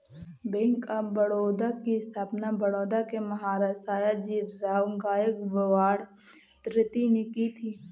bank of Baroda की स्थापना बड़ौदा के महाराज सयाजीराव गायकवाड तृतीय ने की थी